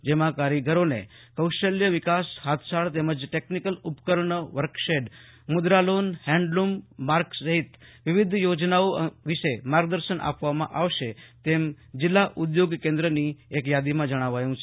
જેમાં કારીગરોને કૌશલ્ય વિકાસ હાથશાળ તેમજ ટેકનીકલ ઉપકરણ વર્કશેડ મુદ્રાલોન હેન્ડલૂમ માર્ક સહિત વિવિધ યોજનાઓ વિશે માર્ગદર્શન આપવામં અવાશે તેમ જિલ્લા ઉદ્યોગકેન્દ્રની એક યાદીમાં જણાવાયું છે